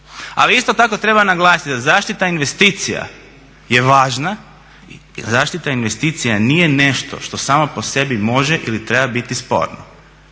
Ali isto tako treba naglasiti da zaštita investicija je važna. Zaštita investicija nije nešto što samo po sebi može ili treba biti sporno.